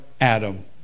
Adam